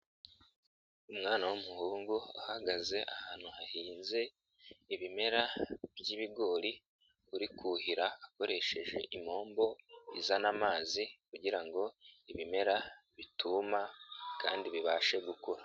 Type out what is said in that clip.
Umwana w'umuhungu uhagaze ahantu hahinze ibimera by'ibigori, uri kuhira akoresheje impombo izana amazi kugira ngo ibimera bituma kandi bibashe gukura.